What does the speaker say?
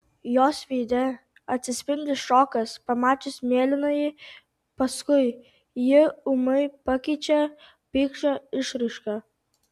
jos veide atsispindi šokas pamačius mėlynąjį paskui jį ūmai pakeičia pykčio išraiška